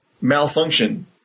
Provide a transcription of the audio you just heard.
malfunction